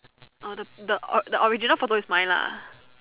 orh the the the original photo is mine lah